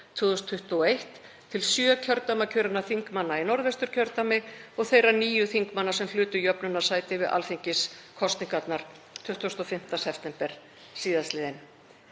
2021 til sjö kjördæmakjörinna þingmanna í Norðvesturkjördæmi og þeirra níu þingmanna sem hlutu jöfnunarsæti við alþingiskosningarnar 25. september sl.